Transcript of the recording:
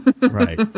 Right